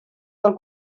del